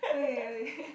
okay okay